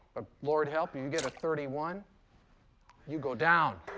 ah lord help you, you get a thirty one you go down.